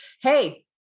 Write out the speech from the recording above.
hey